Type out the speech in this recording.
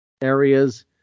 areas